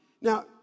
Now